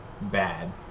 bad